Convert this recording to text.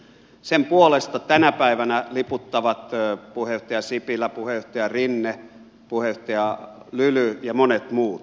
sen puolesta tä nä päivänä liputtavat puheenjohtaja sipilä puheenjohtaja rinne puheenjohtaja lyly ja monet muut